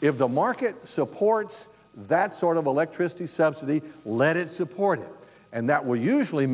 if the market supports that sort of electricity subsidy let it support and that will usually